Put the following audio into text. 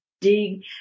dig